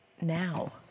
now